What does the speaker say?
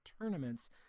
tournaments